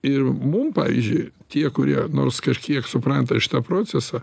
ir mum pavyzdžiui tie kurie nors kažkiek supranta šitą procesą